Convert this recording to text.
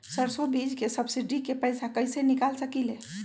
सरसों बीज के सब्सिडी के पैसा कईसे निकाल सकीले?